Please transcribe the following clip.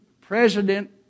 president